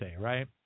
right